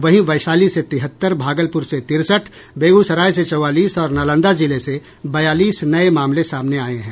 वहीं वैशाली से तिहत्तर भागलपुर से तिरसठ बेगूसराय से चौवालीस और नालंदा जिले से बयालीस नये मामले सामने आये हैं